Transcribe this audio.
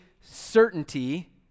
certainty